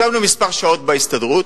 ישבנו כמה שעות בהסתדרות,